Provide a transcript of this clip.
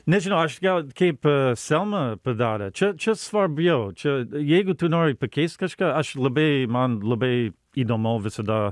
nežinau aš gal kaip selma padarė čia čia svarbiau čia jeigu tu nori pakeist kažką aš labai man labai įdomu visada